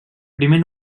primer